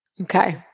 Okay